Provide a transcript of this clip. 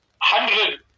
hundred